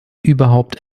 überhaupt